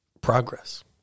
progress